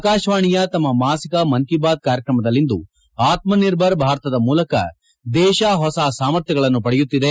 ಆಕಾಶವಾಣಿಯ ತಮ್ಮ ಮಾಸಿಕ ಮನ್ ಕಿ ಬಾತ್ ಕಾರ್ಯತ್ರಮದಲ್ಲಿಂದು ಆತ್ಮ ನಿರ್ಭರದ ಭಾರತದ ಮೂಲಕ ದೇಶ ಹೊಸ ಸಾಮರ್ಥ್ಯಗಳನ್ನು ಪಡೆಯುತ್ತಿದೆ